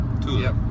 two